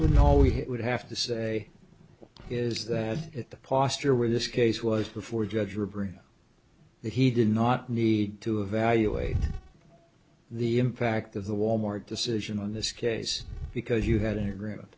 all we would have to say is that at the posture where this case was before judge riverina that he did not need to evaluate the impact of the wal mart decision on this case because you had an agreement